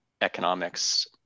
economics